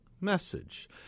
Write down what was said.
message